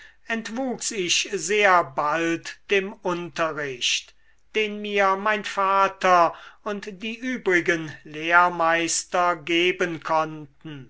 entwuchs ich sehr bald dem unterricht den mir mein vater und die übrigen lehrmeister geben konnten